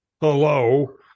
Hello